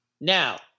Now